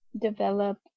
develop